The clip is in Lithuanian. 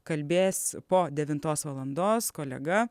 kalbės po devintos valandos kolega